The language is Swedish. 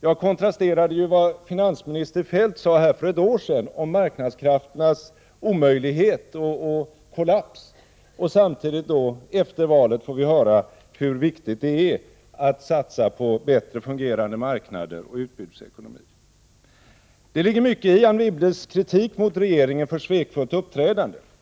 Jag kontrasterade i mitt anförande vad finansminister Feldt sade för ett år sedan om marknadskrafternas omöjlighet och kollaps mot vad vi fick höra efter valet, nämligen hur viktigt det är att satsa på bättre fungerande marknader och utbudsekonomi. Det ligger mycket i Anne Wibbles kritik mot regeringen för svekfullt uppträdande.